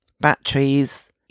batteries